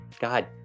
God